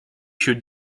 się